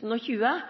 har